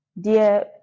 dear